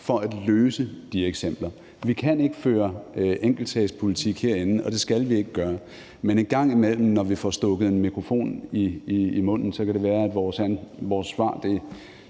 for at løse de eksempler. Vi kan ikke føre enkeltsagspolitik herinde, og det skal vi ikke gøre. Men engang imellem, når vi får stukket en mikrofon i hovedet, kunne det være, at vores svar ikke